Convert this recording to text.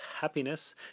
happiness